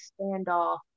standoff